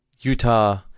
Utah